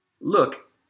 look